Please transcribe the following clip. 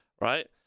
right